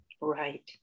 Right